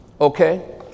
Okay